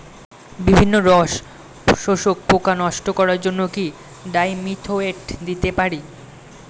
বিভিন্ন রস শোষক পোকা নষ্ট করার জন্য কি ডাইমিথোয়েট দিতে পারি?